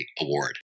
award